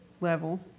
level